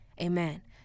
amen